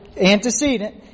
antecedent